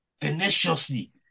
tenaciously